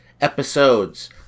episodes